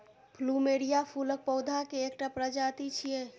plumeria फूलक पौधा के एकटा प्रजाति छियै